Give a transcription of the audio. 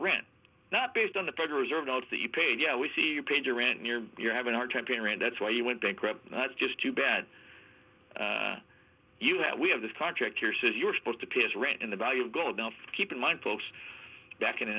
rent not based on the federal reserve notes that you paid yeah we see you paid your rent your you're having a hard time paying rent that's why you went bankrupt that's just too bad you have we have this contract here says you're supposed to pay his rent in the value of going up keep in mind folks back in